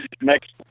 Next